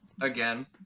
Again